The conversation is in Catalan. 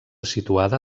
situada